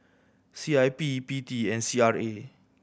C I P P T and C R A